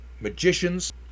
magicians